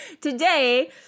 Today